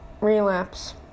relapse